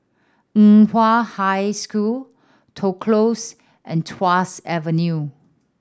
Nan Hua High School Toh Close and Tuas Avenue